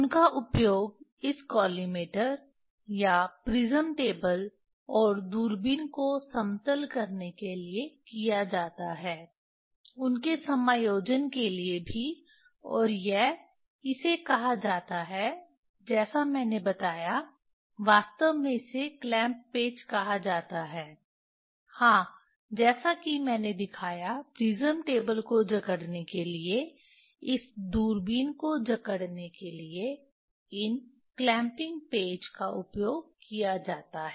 उनका उपयोग इस कॉलिमेटर या प्रिज्म टेबल और दूरबीन को समतल करने के लिए किया जाता है उनके समायोजन के लिए भी और यह इसे कहा जाता है जैसा मैंने बताया वास्तव में इसे क्लैम्प पेच कहा जाता है हां जैसा कि मैंने दिखाया प्रिज्म टेबल को जकड़ने के लिए इस दूरबीन को जकड़ने के लिए इन क्लैंपिंग पेच का उपयोग किया जाता है